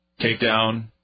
takedown